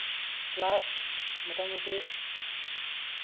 class ᱢᱳᱴᱟᱢᱩᱴᱤ